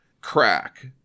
crack